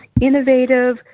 innovative